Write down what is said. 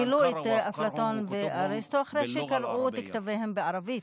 גילו את אפלטון ואריסטו אחרי שקראו את כתביהם בערבית.